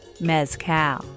mezcal